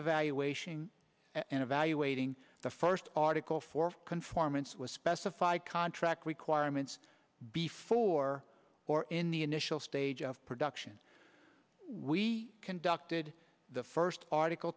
evaluation and evaluating the first article for conformance with specified contract requirements before or in the initial stage of production we conducted the first article